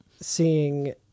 seeing